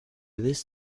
this